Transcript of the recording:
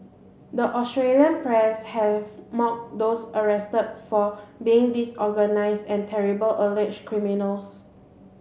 the Australian press have mocked those arrested for being disorganised and terrible alleged criminals